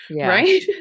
right